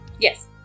Yes